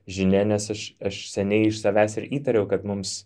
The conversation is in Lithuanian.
žinia nes aš aš seniai iš savęs ir įtariau kad mums